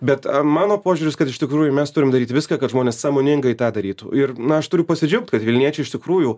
bet mano požiūris kad iš tikrųjų mes turim daryt viską kad žmonės sąmoningai tą darytų ir na aš turiu pasidžiaugt kad vilniečiai iš tikrųjų